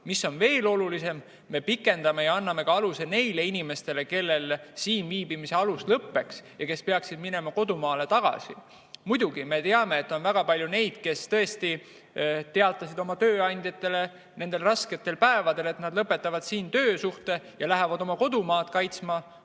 Mis veel olulisem, me pikendame ja anname aluse ka neile inimestele, kellel siin viibimise alus lõpeks ja kes peaksid minema kodumaale tagasi. Muidugi me teame, et on väga palju neid, kes tõesti teatasid oma tööandjatele nendel rasketel päevadel, et nad lõpetavad siin töösuhte ja lähevad oma kodumaad kaitsma.